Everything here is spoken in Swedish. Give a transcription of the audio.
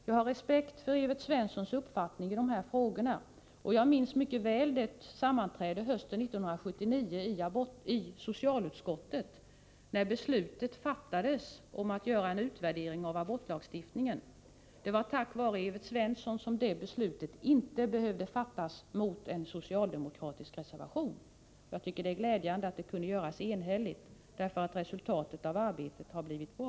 Jag har respekt för Evert Svenssons uppfattning i dessa frågor, och jag minns mycket väl det sammanträde hösten 1979 i socialutskottet när beslutet fattades om att göra en utvärdering av abortlagstiftningen. Det var tack vare Evert Svensson som det beslutet inte behövde fattas mot en socialdemokratisk reservation. Det är glädjande att det kunde göras enhälligt, därför att resultatet av arbetet har blivit bra.